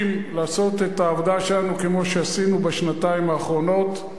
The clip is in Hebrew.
נחושים לעשות את העבודה שלנו כמו שעשינו בשנתיים האחרונות.